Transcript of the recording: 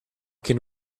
can